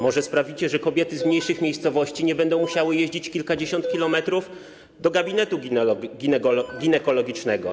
Może sprawicie, że kobiety z mniejszych miejscowości nie będą musiały jeździć kilkadziesiąt kilometrów do gabinetu ginekologicznego?